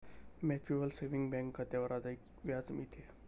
mutual saving bank खात्यावर अधिक व्याज मिळते